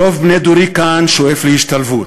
רוב בני דורי כאן שואפים להשתלבות.